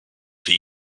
für